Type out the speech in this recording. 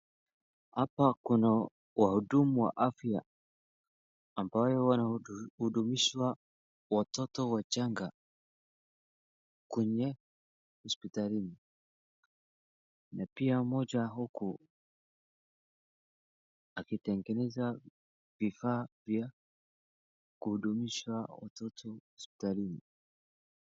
Hapa kuna wahudumu wa afya, ambayo wanahudumishwa watoto wachanga kwenye hospitalini. Na pia mmoja huku akitengeneza vifaa vya kuhudumishwa watoto hospitalini.